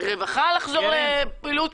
רווחה לחזור לפעילות.